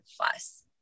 plus